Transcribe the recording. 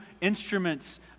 instruments